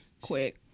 Quick